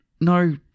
no